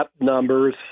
numbers